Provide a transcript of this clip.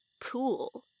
cool